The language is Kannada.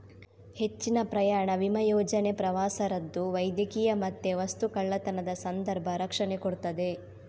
ಹೆಚ್ಚಿನ ಪ್ರಯಾಣ ವಿಮಾ ಯೋಜನೆ ಪ್ರವಾಸ ರದ್ದು, ವೈದ್ಯಕೀಯ ಮತ್ತೆ ವಸ್ತು ಕಳ್ಳತನದ ಸಂದರ್ಭ ರಕ್ಷಣೆ ಕೊಡ್ತದೆ